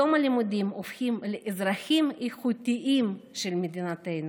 הופכים בתום הלימודים לאזרחים איכותיים של מדינתנו.